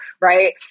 Right